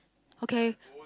okay